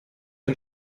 ein